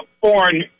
foreign